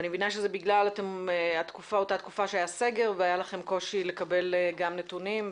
ואני מבינה שזה בגלל אותה תקופה שהיה סגר והיה לכם קושי לקבל גם נתונים,